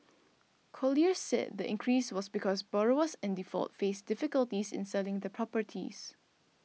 Colliers said the increase was because borrowers in default faced difficulties in selling their properties